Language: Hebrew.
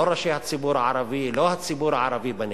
לא ראשי הציבור הערבי ולא הציבור הערבי בנגב.